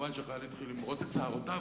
כמובן שהחייל התחיל למרוט את שערותיו,